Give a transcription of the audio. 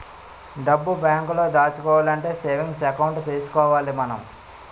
డబ్బు బేంకులో దాచుకోవాలంటే సేవింగ్స్ ఎకౌంట్ తీసుకోవాలి మనం